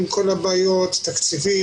עם כל הבעיות של התקציבים,